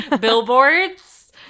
billboards